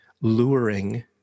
luring